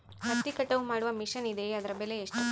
ಹತ್ತಿ ಕಟಾವು ಮಾಡುವ ಮಿಷನ್ ಇದೆಯೇ ಅದರ ಬೆಲೆ ಎಷ್ಟು?